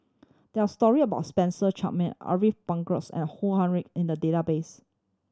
there are story about Spencer Chapman Ariff Bongso and Ong Ah Hoi in the database